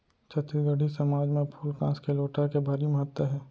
छत्तीसगढ़ी समाज म फूल कांस के लोटा के भारी महत्ता हे